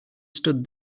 stood